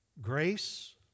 grace